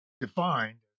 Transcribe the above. defined